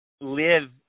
live